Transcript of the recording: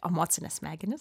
emocines smegenis